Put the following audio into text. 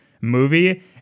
movie